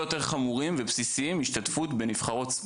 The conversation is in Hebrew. וסיפרתי לו כמה עבדתי קשה.